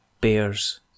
Bears